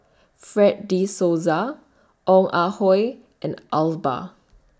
Fred De Souza Ong Ah Hoi and Iqbal